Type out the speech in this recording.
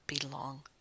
belong